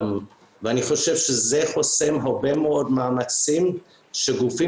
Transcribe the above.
אני חושב שזה חוסם הרבה מאמצים שגופים